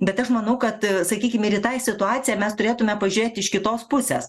bet aš manau kad sakykime ir į tai situaciją mes turėtume pažiūrėt iš kitos pusės